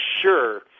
sure